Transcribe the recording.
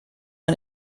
man